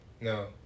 no